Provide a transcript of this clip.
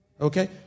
Okay